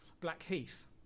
Blackheath